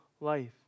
life